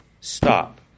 Stop